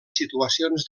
situacions